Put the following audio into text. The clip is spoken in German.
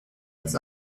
als